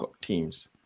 teams